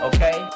Okay